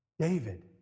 David